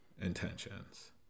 intentions